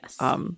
Yes